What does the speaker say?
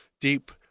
deep